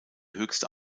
höchste